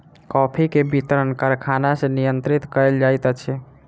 coffee के वितरण कारखाना सॅ नियंत्रित कयल जाइत अछि